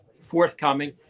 forthcoming